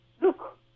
Look